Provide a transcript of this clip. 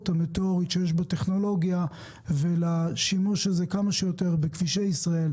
המטאורית שיש בטכנולוגיה ולשימוש הזה כמה שיותר בכבישי ישראל,